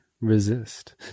resist